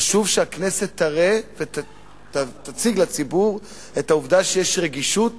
חשוב שהכנסת תציג לציבור את העובדה שיש רגישות,